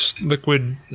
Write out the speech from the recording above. liquid